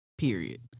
Period